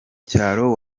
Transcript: cyaro